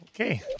Okay